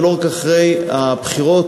ולא רק אחרי הבחירות,